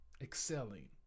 excelling